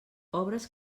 obres